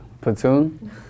platoon